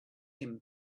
him